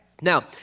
Now